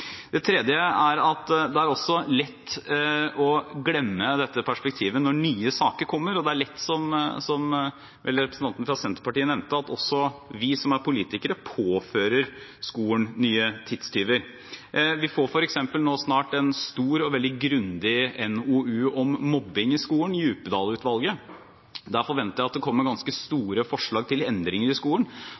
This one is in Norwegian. Det tredje er at det også er lett å glemme dette perspektivet når nye saker kommer, og det er lett – som vel representanten fra Senterpartiet nevnte – at også vi som er politikere, påfører skolen nye tidstyver. Vi får f.eks. nå snart en stor og veldig grundig NOU om mobbing i skolen – Djupedal-utvalget. Der forventer jeg at det kommer ganske store forslag til endringer i skolen.